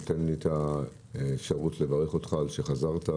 תן לי את האפשרות לברך אותך על שחזרת.